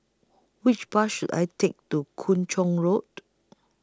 Which Bus should I Take to Kung Chong Road